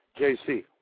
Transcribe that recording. jc